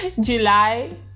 July